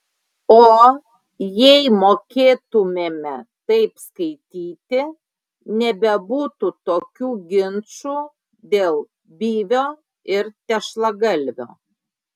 o jei mokėtumėme taip skaityti nebebūtų tokių ginčų dėl byvio ir tešlagalvio